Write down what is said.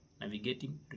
navigating